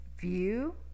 view